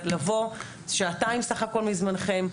לבוא שעתיים סך הכול מזמנכם,